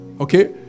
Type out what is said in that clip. Okay